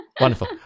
wonderful